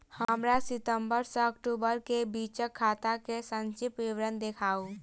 हमरा सितम्बर सँ अक्टूबर केँ बीचक खाता केँ संक्षिप्त विवरण देखाऊ?